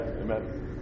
amen